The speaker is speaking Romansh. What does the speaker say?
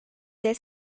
gie